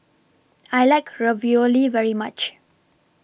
I like Ravioli very much